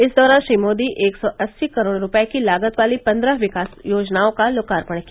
इस दौरान श्री मोदी एक सौ अस्सी करोड़ रुपये की लागत वाली पन्द्रह विकास योजनाओं का लोकार्पण किया